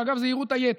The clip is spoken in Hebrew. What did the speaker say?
אגב זהירות היתר,